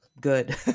good